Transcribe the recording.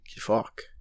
Fuck